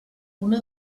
una